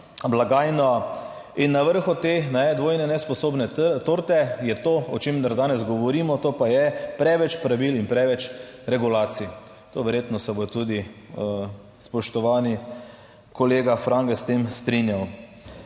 In na vrhu te dvojne nesposobne torte je to, o čemer danes govorimo, to pa je preveč pravil in preveč regulacij. To verjetno se bo tudi spoštovani kolega Frangež s tem strinjal.